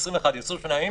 21 או 28 ימים